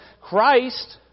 Christ